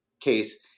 case